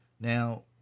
Now